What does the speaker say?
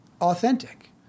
authentic